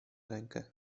rękę